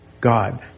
God